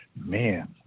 man